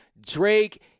Drake